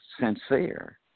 sincere